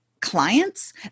clients